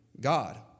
God